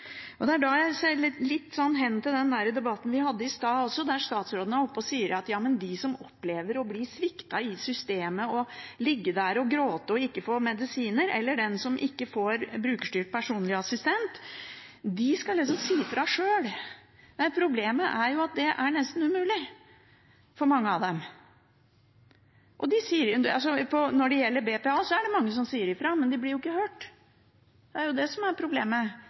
Det er da jeg ser litt hen til den debatten vi hadde i stad også, der statsråden er oppe og sier at de som opplever å bli sviktet i systemet og å ligge der og gråte og ikke få medisiner – eller de som ikke får brukerstyrt personlig assistent – skal si fra sjøl. Problemet er at det er nesten umulig for mange av dem. Når det gjelder BPA, er det mange som sier fra, men de blir ikke hørt. Det er det som er problemet.